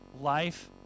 Life